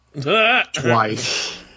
Twice